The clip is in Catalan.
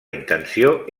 intenció